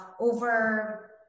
over